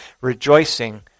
rejoicing